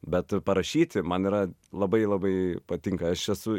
bet parašyti man yra labai labai patinka aš esu